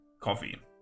coffee